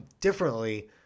differently